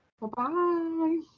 Bye-bye